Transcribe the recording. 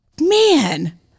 Man